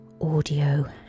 Audio